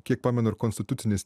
kiek pamenu ir konstitucinis